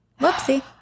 Whoopsie